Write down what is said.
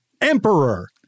emperor